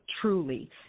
truly